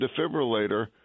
defibrillator